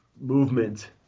movement